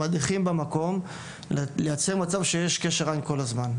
המדריכים במקום לייצר מצב שיש קשר עין כל הזמן.